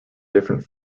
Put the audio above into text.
different